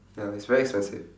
ya it's very expensive